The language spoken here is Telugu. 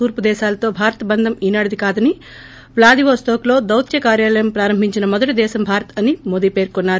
తూర్పు దేశాలతో భారత్ బంధం ఈ నాటిది కాదని వ్లాదివోస్తోక్లో దొత్య కార్యాలయం ప్రారంభించిన మొదటి దేశం భారత్ అని మోదీ పేర్కొన్నారు